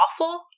awful